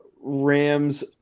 Rams